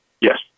yes